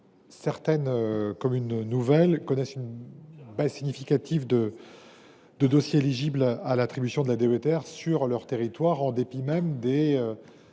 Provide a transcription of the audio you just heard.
certaines communes nouvelles connaissent une baisse significative du nombre de dossiers éligibles à l’attribution de la DETR sur leur territoire, en dépit des